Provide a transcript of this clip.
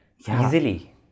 easily